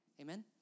Amen